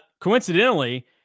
Coincidentally